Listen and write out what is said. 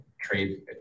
trade